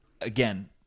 again